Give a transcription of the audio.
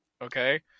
Okay